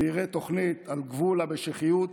ויראה תוכנית על גבול המשיחיות,